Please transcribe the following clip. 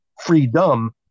freedom